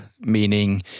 meaning